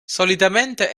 solitamente